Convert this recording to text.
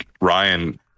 Ryan